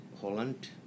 Holland